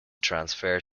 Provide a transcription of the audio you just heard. transfer